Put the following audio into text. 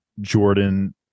jordan